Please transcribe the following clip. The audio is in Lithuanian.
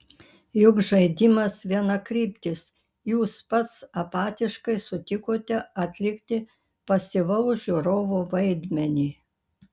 juk žaidimas vienakryptis jūs pats apatiškai sutikote atlikti pasyvaus žiūrovo vaidmenį